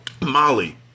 Molly